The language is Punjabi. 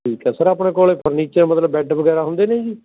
ਠੀਕ ਹੈ ਸਰ ਆਪਣੇ ਕੋਲ ਫਰਨੀਚਰ ਮਤਲਬ ਬੈੱਡ ਵਗੈਰਾ ਹੁੰਦੇ ਨੇ ਜੀ